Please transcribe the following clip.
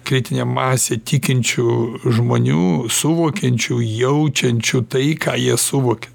kritinė masė tikinčių žmonių suvokiančių jaučiančių tai ką jie suvokia